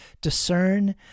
discern